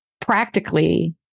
practically